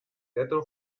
teatro